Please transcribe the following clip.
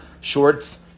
shorts